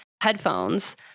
headphones